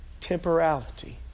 Temporality